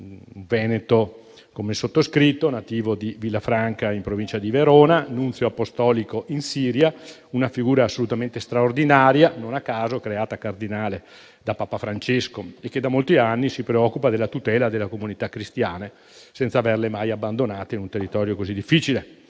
veneto, come il sottoscritto, nativo di Villafranca, in provincia di Verona, nunzio apostolico in Siria, una figura assolutamente straordinaria, non a caso creata cardinale da Papa Francesco, e che da molti anni si preoccupa della tutela delle comunità cristiane, senza averle mai abbandonate, in un territorio così difficile.